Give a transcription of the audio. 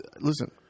Listen